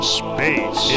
space